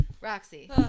Roxy